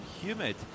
humid